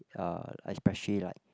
uh especially like